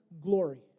glory